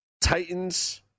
Titans